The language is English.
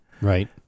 Right